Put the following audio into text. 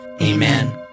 Amen